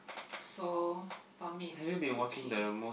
so for me is okay